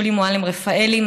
שולי מועלם-רפאלי,